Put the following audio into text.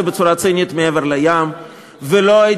ציונות זה מדינה יהודית ודמוקרטית.